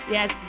Yes